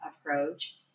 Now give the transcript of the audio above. approach